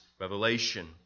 revelation